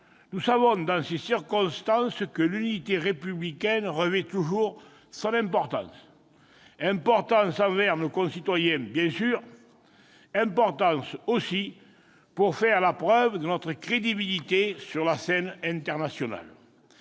nous savons dans ces circonstances que l'unité républicaine revêt toute son importance : importance envers nos concitoyens, bien sûr, importance aussi pour faire la preuve de notre crédibilité sur la scène internationale.